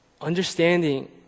Understanding